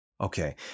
Okay